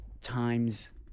times